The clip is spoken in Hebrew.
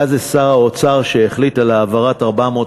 היה זה שר האוצר שהחליט על העברה מיידית